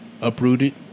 Uprooted